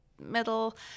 Middle